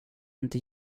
inte